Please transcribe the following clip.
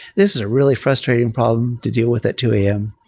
this is a really frustrating problem to deal with at two am.